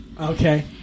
Okay